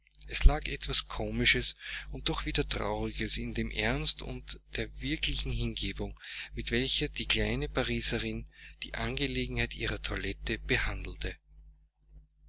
es lag etwas komisches und doch wiederum trauriges in dem ernst und der wirklichen hingebung mit welcher die kleine pariserin die angelegenheit ihrer toilette behandelte